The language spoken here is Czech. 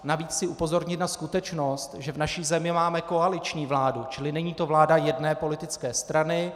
Navíc chci upozornit na skutečnost, že v naší zemi máme koaliční vládu, čili není to vláda jedné politické strany.